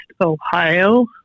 ohio